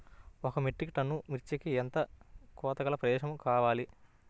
ఒక metric ton మిర్చికి ఎంత కొలతగల ప్రదేశము కావాలీ?